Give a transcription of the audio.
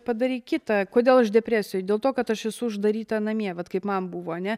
padaryk kitą kodėl aš depresijoj dėl to kad aš esu uždaryta namie vat kaip man buvo ane